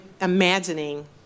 imagining